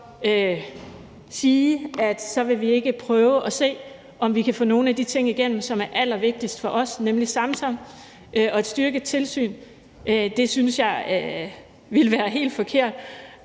sige, at så vil vi ikke prøve at se, om vi kan få nogle af de ting igennem, som er allervigtigst for os, nemlig det med Samsam og et styrket tilsyn? Det synes jeg ville være helt forkert.